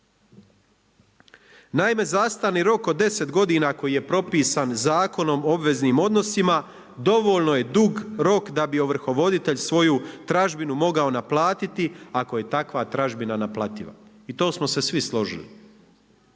Naime, zastrani rok od 10 godina koji je propisan Zakonom o obveznim odnosima dovaljano je dug rok da bi ovrhovoditelj svoju tražbinu moga naplatiti, ako je takva tražbina naplativa. I to smo se svi složili.